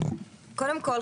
קודם כל,